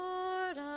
Lord